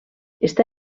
està